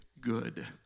good